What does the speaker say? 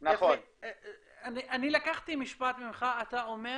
אני לקחתי משפט ממך, אתה אומר